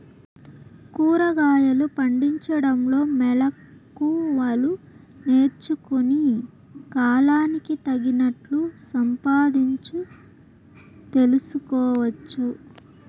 కూరగాయలు పండించడంలో మెళకువలు నేర్చుకుని, కాలానికి తగినట్లు సంపాదించు తెలుసుకోవచ్చు